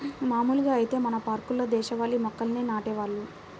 మాములుగా ఐతే మన పార్కుల్లో దేశవాళీ మొక్కల్నే నాటేవాళ్ళు